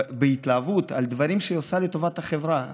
בהתלהבות על דברים שהיא עושה לטובת החברה.